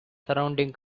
surrounding